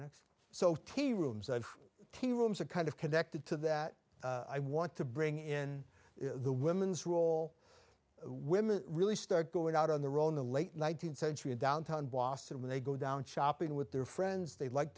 next so tea rooms and tea rooms are kind of connected to that i want to bring in the women's role women really start going out on the role in the late nineteenth century in downtown boston when they go down shopping with their friends they like